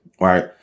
Right